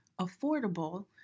affordable